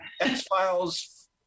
X-Files